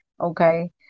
okay